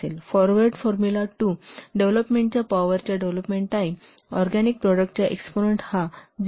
forward formula २ पॉवरच्या development time organic प्रॉडक्टचा exponent हा 0